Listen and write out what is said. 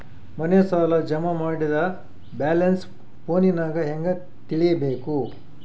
ಮನೆ ಸಾಲ ಜಮಾ ಮಾಡಿದ ಬ್ಯಾಲೆನ್ಸ್ ಫೋನಿನಾಗ ಹೆಂಗ ತಿಳೇಬೇಕು?